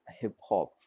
hip-hop